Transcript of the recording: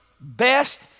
best